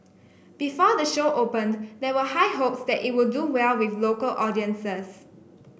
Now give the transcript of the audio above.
before the show opened there were high hopes that it would do well with local audiences